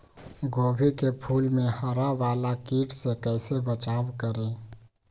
गोभी के फूल मे हरा वाला कीट से कैसे बचाब करें?